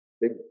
big